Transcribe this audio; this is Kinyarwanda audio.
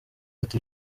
ati